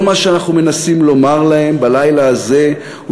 כל מה שאנחנו מנסים לומר להם בלילה הזה הוא